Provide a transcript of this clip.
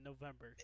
November